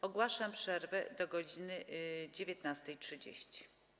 Ogłaszam przerwę do godz. 19.30.